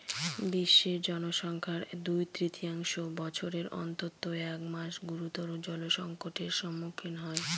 বিশ্বের জনসংখ্যার দুই তৃতীয়াংশ বছরের অন্তত এক মাস গুরুতর জলসংকটের সম্মুখীন হয়